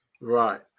Right